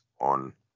on